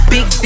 Big